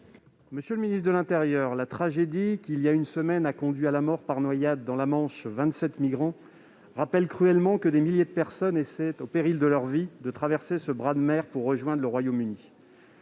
Monsieur le ministre de l'intérieur, la tragédie qui a conduit, il y a une semaine, à la mort par noyade dans la Manche de vingt-sept migrants rappelle cruellement que des milliers de personnes essaient, au péril de leur vie, de traverser ce bras de mer pour rejoindre le Royaume-Uni.